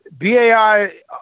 bai